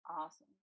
Awesome